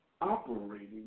operating